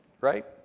Right